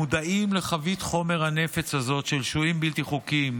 מודעים לחבית חומר הנפץ הזאת של שוהים בלתי חוקיים,